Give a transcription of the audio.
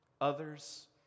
Others